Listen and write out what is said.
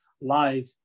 live